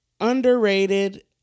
underrated